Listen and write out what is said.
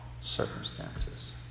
circumstances